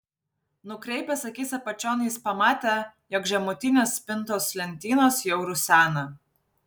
nukreipęs akis apačion jis pamatė jog žemutinės spintos lentynos jau rusena